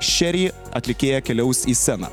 cheri atlikėja keliaus į sceną